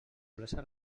plaça